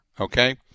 okay